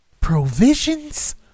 Provisions